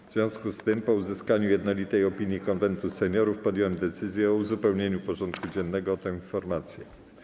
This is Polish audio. W związku z tym, po uzyskaniu jednolitej opinii Konwentu Seniorów, podjąłem decyzję o uzupełnieniu porządku dziennego o tę informację.